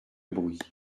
bruit